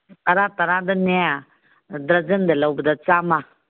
ꯇꯔꯥ ꯇꯔꯥꯗꯅꯦ ꯗꯔꯖꯟꯗ ꯂꯧꯕꯗ ꯆꯥꯝꯃ